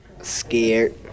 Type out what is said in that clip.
Scared